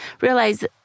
realize